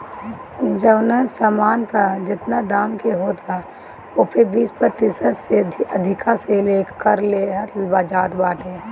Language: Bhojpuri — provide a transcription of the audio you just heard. जवन सामान पअ जेतना दाम के होत बा ओपे बीस प्रतिशत से अधिका ले कर लेहल जात बाटे